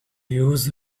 used